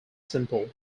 simple